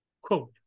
Quote